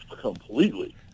completely